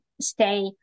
stay